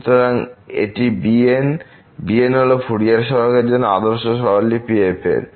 সুতরাং এটি bn bn হল ফুরিয়ার সহগের জন্য আদর্শ স্বরলিপি f এর